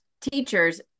teachers